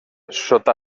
sota